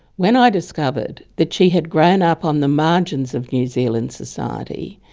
when i discovered that she had grown up on the margins of new zealand society,